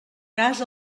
cas